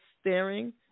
staring